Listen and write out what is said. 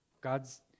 God's